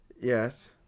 Yes